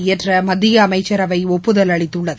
இயற்றமத்தியஅமைச்சரவைஒப்புதல் அளித்துள்ளது